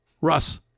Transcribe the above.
Russ